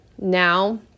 now